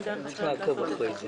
אין דרך אחרת לעשות את זה.